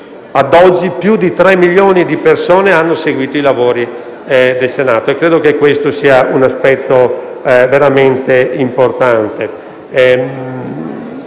Ad oggi, più di tre milioni di persone hanno seguito i lavori del Senato e credo che questo sia un aspetto veramente importante.